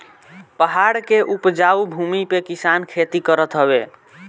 पहाड़ के उपजाऊ भूमि पे किसान खेती करत हवे